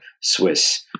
Swiss